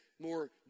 more